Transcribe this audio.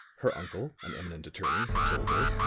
her uncle, an eminent attorney, had told her.